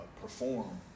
Perform